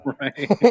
Right